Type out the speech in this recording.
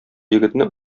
егетне